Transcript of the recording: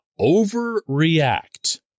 overreact